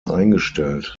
eingestellt